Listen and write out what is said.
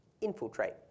infiltrate